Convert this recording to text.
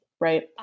Right